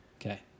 Okay